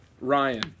Ryan